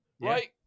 Right